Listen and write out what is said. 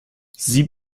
sie